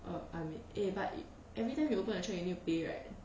err I mean eh but yo~ everytime you open a cheque you need to pay right